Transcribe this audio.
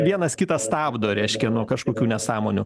vienas kitą stabdo reiškia nuo kažkokių nesąmonių